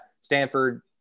Stanford